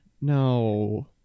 No